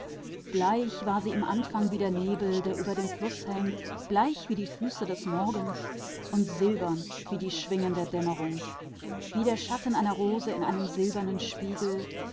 war sie bleich wie der nebel der über dem fluß hängt bleich wie die füße des morgens und silbern wie die flügel des dämmers wie das schattenbild einer rose in einem silberspiegel